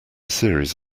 series